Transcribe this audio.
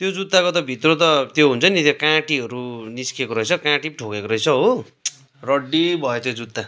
त्यो जुत्ताको त भित्र त त्यो हुन्छ नि त्यो काँटीहरू निस्केको रहेछ काँटी पो ठोकेको रहेछ हो रड्डी भयो त्यो जुत्ता